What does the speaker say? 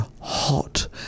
hot